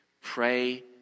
Pray